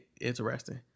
interesting